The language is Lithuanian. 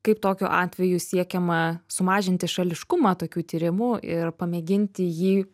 kaip tokiu atveju siekiama sumažinti šališkumą tokių tyrimų ir pamėginti jį